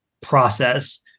process